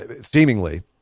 seemingly